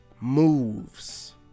moves